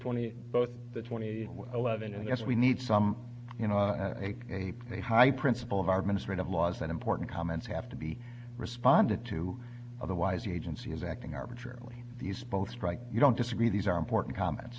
twenty both the twenty seven and yes we need some you know a high principle of our ministry of laws that important comments have to be responded to otherwise agency is acting arbitrarily these both strike you don't disagree these are important comments